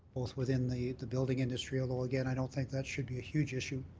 both within the the building industry, and again, i don't think that should be a huge issue.